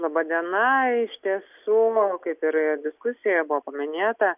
laba diena iš tiesų manau kaip ir ir diskusijoje buvo paminėta